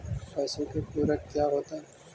पशु के पुरक क्या क्या होता हो?